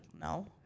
no